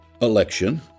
election